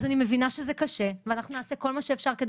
אז אני מבינה שזה קשה ואנחנו נעשה כל מה שאפשר כדי